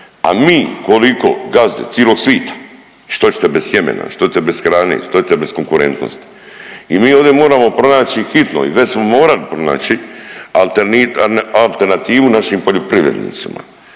A mi koliko gazde cilog svita i što ćete bez sjemene, što ćete bez hrane, što ćete bez konkurentnosti. I mi ovdje moramo pronaći hitno i već smo morali pronaći alternativu našim poljoprivrednicima